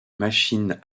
machines